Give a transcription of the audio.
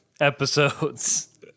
episodes